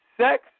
Sex